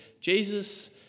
Jesus